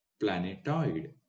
planetoid